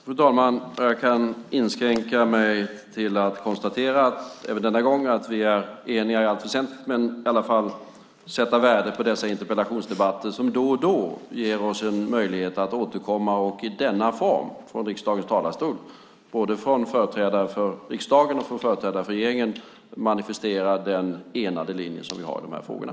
Fru talman! Jag kan inskränka mig till att konstatera att vi även denna gång är eniga i allt väsentligt. Jag sätter värde på dessa interpellationsdebatter som då och då ger oss, både företrädare från riksdagen och företrädare från regeringen, en möjlighet att återkomma och i denna form från riksdagens talarstol manifestera den enade linje vi har i de här frågorna.